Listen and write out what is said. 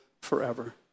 forever